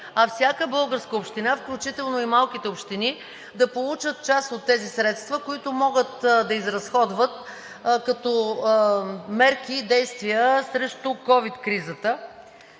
а всяка българска община, включително и малките общини да получат част от тези средства, които могат да изразходват като мерки и действия срещу ковид кризата.